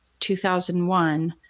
2001